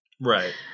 Right